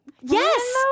Yes